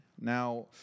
Now